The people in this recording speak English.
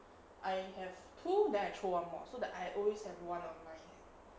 I have two then I throw one more so that I always have one on my hand